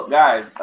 guys